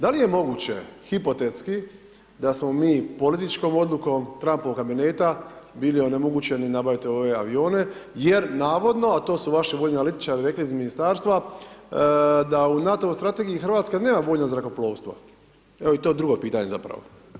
Da li je moguće hipotetski da smo mi političkom odlukom Trampovog kabineta bili onemogućeni nabaviti ove avione jer navodno, a to su vaši vojni analitičari rekli iz Ministarstva, da u NATO-voj strategiji RH nema vojno zrakoplovstvo, evo, to je i drugo pitanje zapravo.